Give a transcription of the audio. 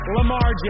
Lamar